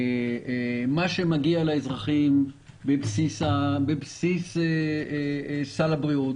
מה שמגיע לאזרחים בבסיס סל הבריאות